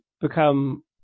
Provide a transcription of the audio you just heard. become